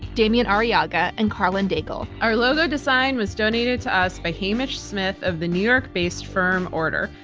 damian arriaga, and karlyn daigle. our logo design was donated to us by hamish smyth of the new york based firm order.